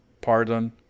pardon